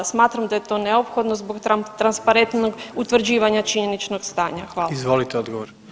Smatram da je to neophodno zbog transparentnog utvrđivanja činjeničnog stanja.